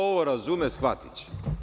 Ko ovo razume, shvatiće.